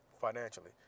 financially